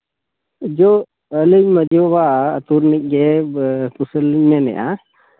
ᱡᱳ ᱟᱹᱞᱤᱧ ᱢᱟᱹᱡᱷᱤ ᱵᱟᱵᱟ ᱟᱛᱳ ᱨᱤᱱᱤᱡ ᱜᱮ ᱢᱮᱱᱮᱜᱼᱟ